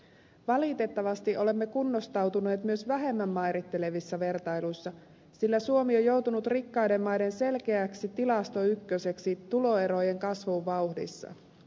valitettavasti olemme kunnostautuneet myös vähemmän mairittelevissa vertailuissa sillä suomi on joutunut rikkaiden maiden selkeäksi tilastoykköseksi tuloerojen kasvun vauhdissa